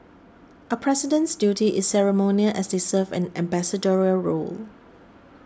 a president's duty is ceremonial as they serve an ambassadorial role